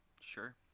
Sure